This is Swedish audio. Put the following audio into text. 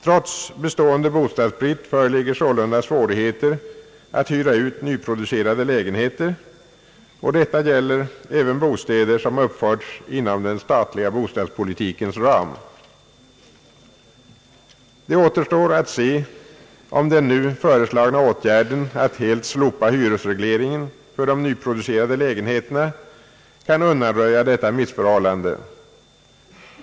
Trots bestående bostadsbrist föreligger sålunda svårigheter att hyra ut nyproducerade lägenheter, och detta gäller även bostäder, som uppförts inom den statliga bostadspolitikens ram. Det återstår att se, om den nu föreslagna åtgärden att helt slopa hyresregleringen för de nyproducerade lägenheterna kan undanröja detta missförhållande.